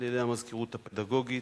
על-ידי המזכירות הפדגוגית.